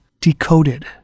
Decoded